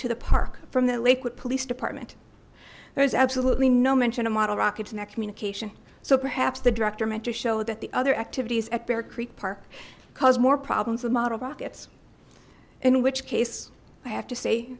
to the park from the lakewood police department there's absolutely no mention of model rockets in that communication so perhaps the director meant to show that the other activities at bear creek park caused more problems with model rockets in which case i have to say